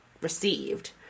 received